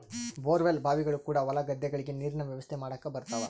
bore well ಬಾವಿಗಳು ಕೂಡ ಹೊಲ ಗದ್ದೆಗಳಿಗೆ ನೀರಿನ ವ್ಯವಸ್ಥೆ ಮಾಡಕ ಬರುತವ